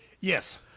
Yes